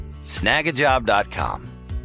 Snagajob.com